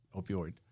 opioid